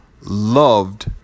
loved